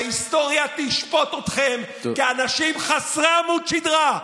ההיסטוריה תשפוט אתכם כאנשים חסרי עמוד שדרה,